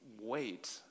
wait